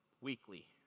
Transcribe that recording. weekly